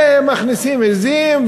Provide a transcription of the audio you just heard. שמכניסים עזים,